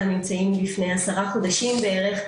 הממצאים הם לפני עשרה חודשים בערך,